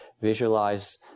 visualize